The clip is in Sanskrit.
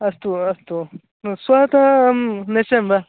अस्तु अस्तु श्वः तः पश्यामः